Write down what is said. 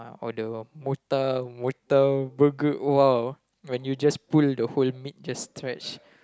order one murta murta burger !wow! when you just pull the whole meat just stretch